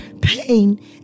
pain